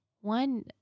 one